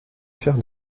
faire